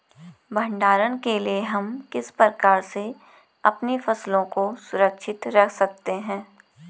भंडारण के लिए हम किस प्रकार से अपनी फसलों को सुरक्षित रख सकते हैं?